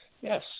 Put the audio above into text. yes